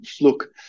look